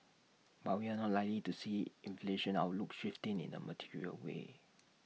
but we're not likely to see inflation outlook shifting in A material way